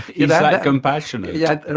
yeah that compassionate? yes,